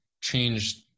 changed